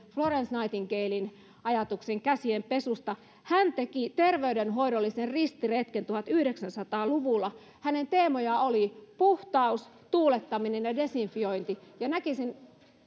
florence nightingalen ajatuksesta käsienpesusta hän teki terveydenhoidollisen ristiretken tuhatyhdeksänsataa luvulla hänen teemojaan olivat puhtaus tuulettaminen ja desifiointi ja näkisin